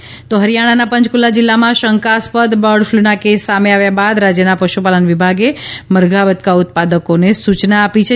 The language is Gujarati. હરિ યાણા બર્ડફલૂ હરિથાણાના પંચકુલા જીલ્લામાં શંકાસ્પદ બર્ડફ્લૂના કેસ સામે આવ્યા બાદ રાજ્યના પશુપાલન વિભાગે મરઘા બતકા ઉત્પાદકોને સૂચના આપી છે